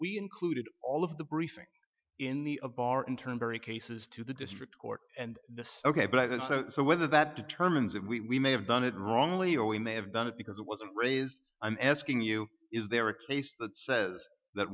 we included all of the briefing in the bar in turn very cases to the district court and so whether that determines that we may have done it wrongly or we may have done it because it wasn't raised i'm asking you is there a case that says that